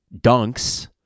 dunks